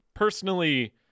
Personally